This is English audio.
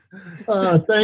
Thank